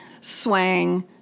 swang